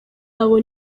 abo